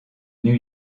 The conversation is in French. new